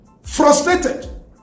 Frustrated